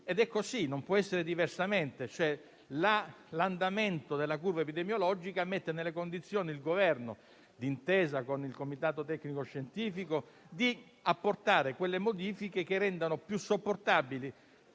È così, non può essere diversamente. L'andamento della curva epidemiologica mette nelle condizioni il Governo, d'intesa con il Comitato tecnico scientifico, di apportare quelle modifiche che rendano più sopportabili